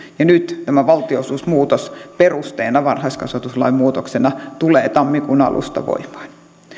ja nyt tämä valtionosuusmuutosperuste varhaiskasvatuslain muutoksena tulee tammikuun alusta voimaan